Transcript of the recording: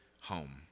home